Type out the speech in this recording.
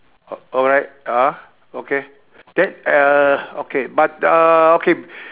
alright ah okay then err okay but uh okay